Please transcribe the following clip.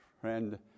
Friend